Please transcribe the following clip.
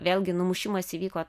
vėlgi numušimas įvyko